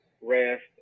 rest